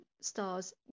stars